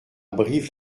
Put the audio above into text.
brive